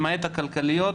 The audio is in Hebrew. למעט הכלכליות,